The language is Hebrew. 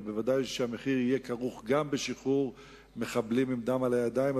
אבל ודאי שהמחיר יהיה כרוך גם בשחרור מחבלים עם דם על הידיים.